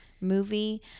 movie